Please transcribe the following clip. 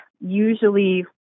Usually